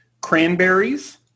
cranberries